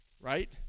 Right